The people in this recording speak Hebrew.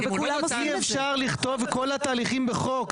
אי אפשר לכתוב את כל התהליכים בחוק.